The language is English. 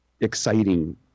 exciting